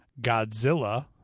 Godzilla